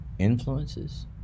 influences